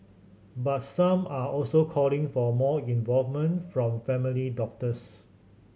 but some are also calling for more involvement from family doctors